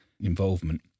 involvement